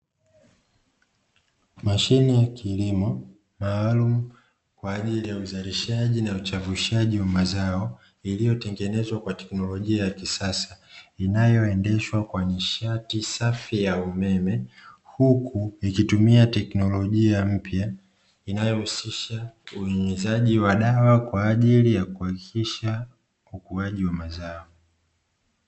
Mashine ya kilimo maalum, kwa ajili ya uzalishaji na uchavushaji wa mazao yaliyotengenezwa kwa teknolojia ya kisasa, inayoendeshwa kwa nishati safi ya umeme, huku ikitumia teknolojia mpya inayohusisha unyunyizaji wa dawa kwa ajili ya kuhakikisha ukuaji wa mazao.